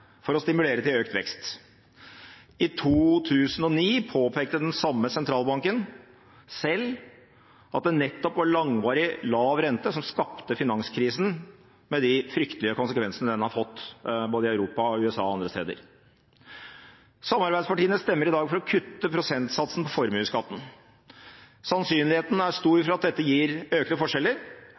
for å stimulere til økt vekst. I 2009 påpekte den samme sentralbanken selv at det nettopp var langvarig lav rente som skapte finanskrisen, med de fryktelige konsekvensene den har fått både i Europa, i USA og andre steder. Samarbeidspartiene stemmer i dag for å kutte prosentsatsen på formuesskatten. Sannsynligheten er stor for at dette gir økte forskjeller,